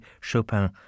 Chopin